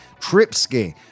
Tripsky